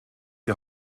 die